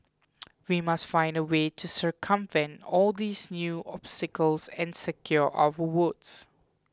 we must find a way to circumvent all these new obstacles and secure our votes